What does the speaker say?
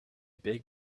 big